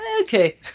okay